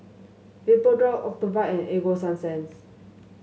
Vapodrops Ocuvite and Ego Sunsense